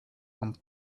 and